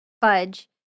fudge